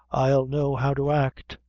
i'll know how to act.